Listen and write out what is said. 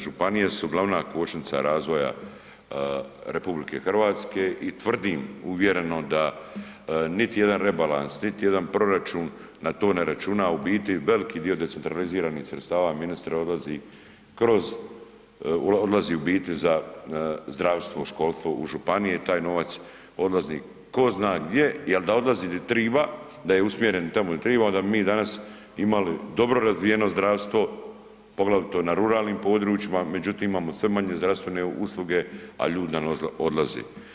Županije su glavna kočnica razvoja RH i tvrdim uvjereno da niti jedan rebalans, niti jedan proračun na to ne računa a u biti veliki dio decentraliziranih sredstava ministre, odlazi kroz, odlazi u biti za zdravstvo, školstvo u županije i taj novac odlazi ko zna gdje jer da odlazi gdje treba, da je usmjeren tamo di treba, onda bi mi danas imali dobro razvijeno zdravstvo, poglavito na ruralnim područjima međutim imamo sve manje zdravstvene usluge a ljudi nam odlaze.